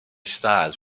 styles